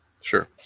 sure